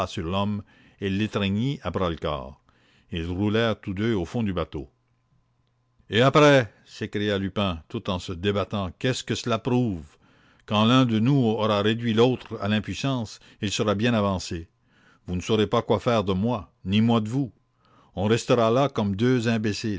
et après s'écria lupin tout en se débattant qu'est-ce que cela prouve quand l'un de nous aura réduit l'autre à l'impuissance il sera bien avancé vous ne saurez pas quoi faire de moi ni moi de vous les deux